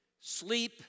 sleep